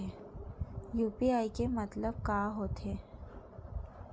UPI के मतलब का होथे?